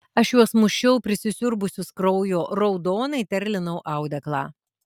aš juos mušiau prisisiurbusius kraujo raudonai terlinau audeklą